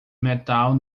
metal